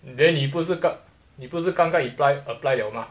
then 你不是刚你不是刚刚 reply apply liao mah